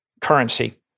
currency